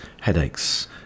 headaches